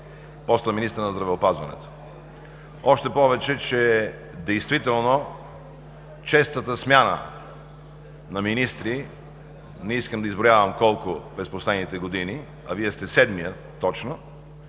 постът на министъра на здравеопазването. Още повече, че действително честата смяна на министри – не искам да изброявам колко през последните години, а Вие сте седмият точно,